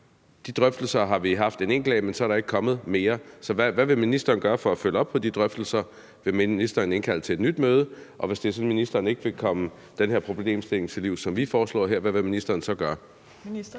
De drøftelser har vi haft en enkelt af, men så er der jo ikke kommet mere. Så hvad vil ministeren gøre for at følge op på de drøftelser? Vil ministeren indkalde til et nyt møde? Og hvis det er sådan, at ministeren ikke vil komme den her problemstilling til livs med det, som vi foreslår her, hvad vil ministeren så gøre?